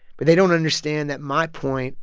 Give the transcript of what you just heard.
but they don't understand that my point